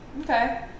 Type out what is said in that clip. Okay